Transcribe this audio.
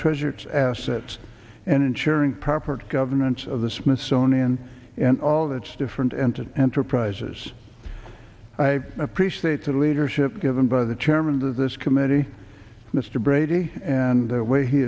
treasured assets and ensuring proper governance of the smithsonian and all that's different and to enterprises i appreciate the leadership given by the chairman of this committee mr brady and the way he